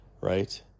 right